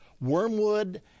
wormwood